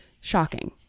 Shocking